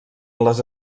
les